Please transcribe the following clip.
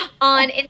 on